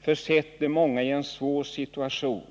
försätter många i en svår situation.